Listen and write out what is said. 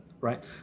Right